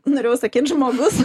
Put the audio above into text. norėjau sakyt žmogus